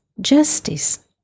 justice